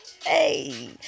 Hey